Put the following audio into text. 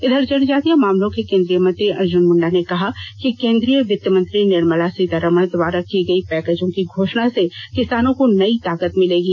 इधर जनजातीय मामलों के केंद्रीय मंत्री अर्जुन मुंडा ने कहा कि केंद्रीय वित्त मंत्री निर्मला सीतारमण द्वारा की गई पैकेजों की घोषणा से किसानों को नई ताकत मिलेगी